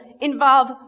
involve